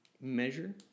measure